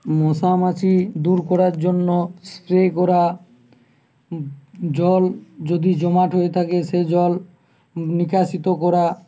মশামাছি দূর করার জন্য স্প্রে করা জল যদি জমাট হয়ে থাকে সে জল নিকাশিত করা